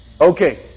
Okay